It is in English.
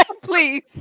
please